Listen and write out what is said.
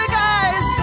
guys